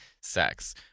sex